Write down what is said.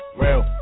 real